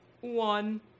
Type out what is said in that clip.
One